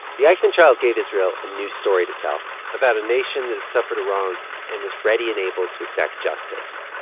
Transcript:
the eichmann trial gave israel a new story to tell about a nation that had suffered a wrong and was ready and able to exact justice.